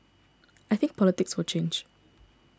I think the politics will change